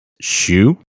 shoe